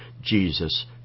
Jesus